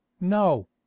No